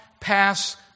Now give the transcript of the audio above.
pass